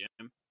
Jim